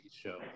show